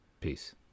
Peace